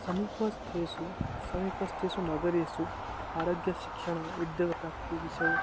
समीपस्थेषु समीपस्थेषु नगरेषु आरोग्यशिक्षणम् उद्योगं प्राप्तिविषये